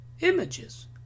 images